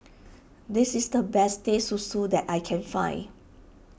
this is the best Teh Susu that I can find